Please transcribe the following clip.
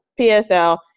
PSL